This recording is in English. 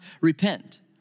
repent